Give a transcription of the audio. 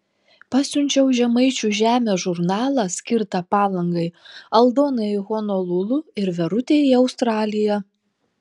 pasiunčiau žemaičių žemės žurnalą skirtą palangai aldonai į honolulu ir verutei į australiją